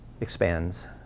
expands